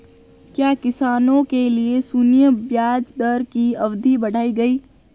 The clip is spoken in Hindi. क्या किसानों के लिए शून्य ब्याज दर की अवधि बढ़ाई गई?